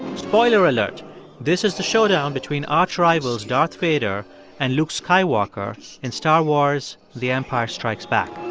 spoiler alert this is the showdown between archrivals darth vader and luke skywalker in star wars the empire strikes back.